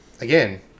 Again